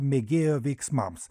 mėgėjo veiksmams